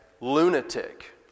lunatic